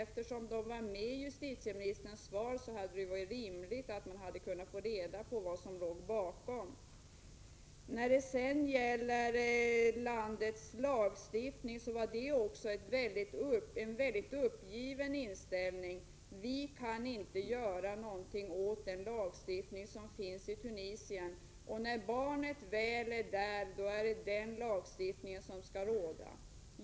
Eftersom åtgärderna omnämndes i justitieministerns svar, hade det varit rimligt att få reda på vad som låg bakom. Även när det sedan gäller ifrågavarande lands lagstiftning hade justitieministern en väldigt uppgiven inställning, som gick ut på att man inte kan göra någonting åt Tunisiens lagstiftning, och när barnet väl är i Tunisien skall den tunisiska lagstiftningen råda.